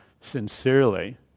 sincerely